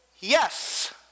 yes